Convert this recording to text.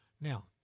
Now